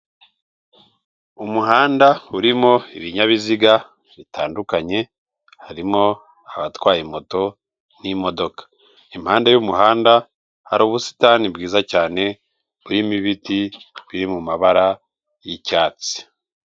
Umuhanda urimo ibinyabiziga bitandukanye, harimo abatwaye moto, n'imodoka, impande y'umuhanda hari ubusitani bwiza cyane, burimo ibiti biri mu mabara y'icyatsi